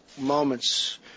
moments